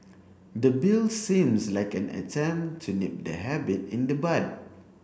the Bill seems like an attempt to nip the habit in the bud